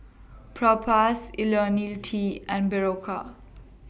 Propass Ionil T and Berocca